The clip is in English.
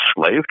slave